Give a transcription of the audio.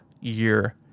year